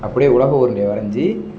அப்படியே உலக உருண்டை வரைஞ்சி